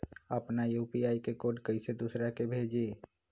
अपना यू.पी.आई के कोड कईसे दूसरा के भेजी?